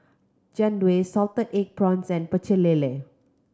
Jian Dui salted egg prawns and Pecel Lele